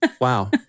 Wow